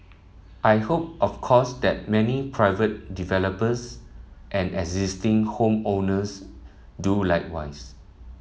I hope of course that many private developers and existing home owners do likewise